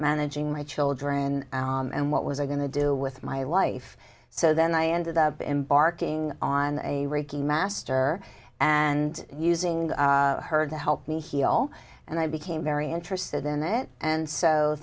managing my children and what was i going to do with my life so then i ended up in barking on a reiki master and using her to help me heal and i became very interested in it and so